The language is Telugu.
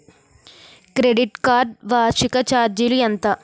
క్రెడిట్ కార్డ్ వార్షిక ఛార్జీలు ఎంత?